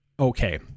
Okay